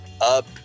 up